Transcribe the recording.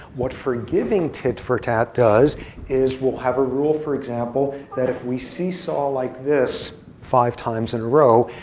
what forgiving tit for tat does is, we'll have a rule, for example, that if we see saw like this five times in a row,